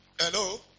Hello